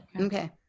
okay